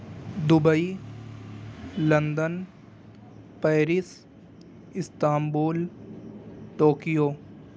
Dubai London Paris Istanbul Tokyo